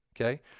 Okay